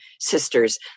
sisters